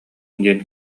диэн